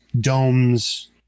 domes